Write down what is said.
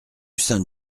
saint